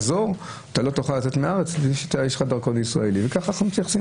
שאזרחים ישראלים שהם לא תושבים,